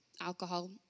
alcohol